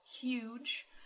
huge